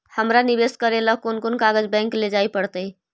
हमरा निवेश करे ल कोन कोन कागज बैक लेजाइ पड़तै?